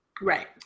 Right